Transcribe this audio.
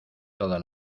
toda